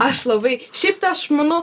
aš labai šiaip tai aš manau